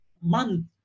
month